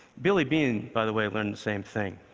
billy beane, by the way, learned the same thing.